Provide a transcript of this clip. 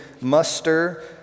muster